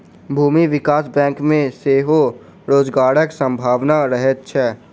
भूमि विकास बैंक मे सेहो रोजगारक संभावना रहैत छै